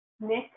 Nick